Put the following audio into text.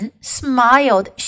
smiled